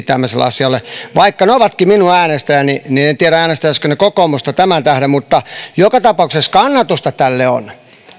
tämmöiselle asialle he ovatkin minun äänestäjiäni ja en tiedä äänestäisivätkö he kokoomusta tämän tähden mutta joka tapauksessa kannatusta tälle on